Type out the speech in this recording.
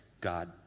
God